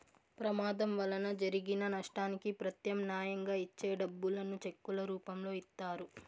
ప్రమాదం వలన జరిగిన నష్టానికి ప్రత్యామ్నాయంగా ఇచ్చే డబ్బులను చెక్కుల రూపంలో ఇత్తారు